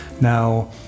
Now